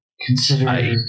consider